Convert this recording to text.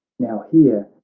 now here,